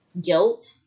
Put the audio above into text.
guilt